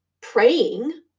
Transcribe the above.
praying